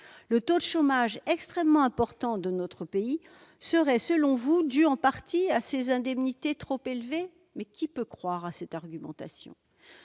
Le taux de chômage extrêmement important de notre pays serait dû en partie, selon vous, à ces indemnités trop élevées ? Mais qui peut croire à cette argumentation ?